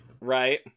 Right